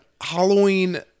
Halloween